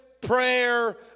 prayer